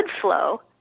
flow